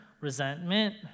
resentment